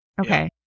Okay